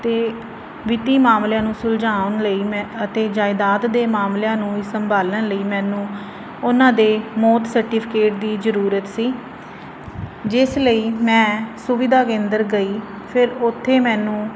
ਅਤੇ ਵਿੱਤੀ ਮਾਮਲਿਆਂ ਨੂੰ ਸੁਲਝਾਉਣ ਲਈ ਮੈਂ ਅਤੇ ਜਾਇਦਾਦ ਦੇ ਮਾਮਲਿਆਂ ਨੂੰ ਹੀ ਸੰਭਾਲਣ ਲਈ ਮੈਨੂੰ ਉਹਨਾਂ ਦੇ ਮੌਤ ਸਰਟੀਫਿਕੇਟ ਦੀ ਜ਼ਰੂਰਤ ਸੀ ਇਸ ਲਈ ਮੈਂ ਸੁਵਿਧਾ ਕੇਂਦਰ ਗਈ ਫਿਰ ਉੱਥੇ ਮੈਨੂੰ